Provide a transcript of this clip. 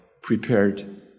prepared